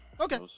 okay